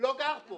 לא גר פה.